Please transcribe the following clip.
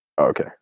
okay